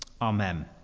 amen